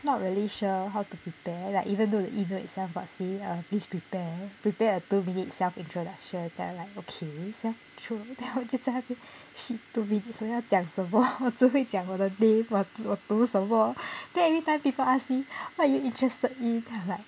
not really sure how to prepare like even though the email itself got say please prepare prepare a two minute self introduction then I'm like okay self intro then 我就在那边 shit two minutes 要讲什么我只会讲我的 name 我读什么 then every time people ask me what are you interested in then I'm like